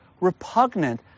repugnant